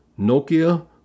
Nokia